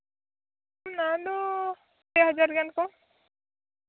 ᱚᱱᱟ ᱫᱚ ᱯᱮ ᱦᱟᱡᱟᱨ ᱜᱟᱱ ᱠᱚ